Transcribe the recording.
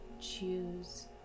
choose